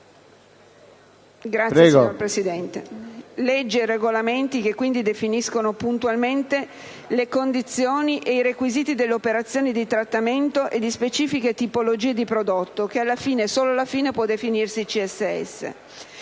norme tecniche europee, leggi e regolamenti che definiscono puntualmente le condizioni e i requisiti delle operazioni di trattamento di specifiche tipologie di prodotto che solo alla fine può definirsi CSS.